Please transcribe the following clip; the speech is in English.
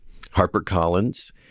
HarperCollins